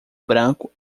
branco